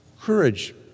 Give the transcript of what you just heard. Courage